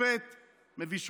שופט מביא שופט,